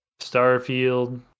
Starfield